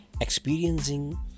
Experiencing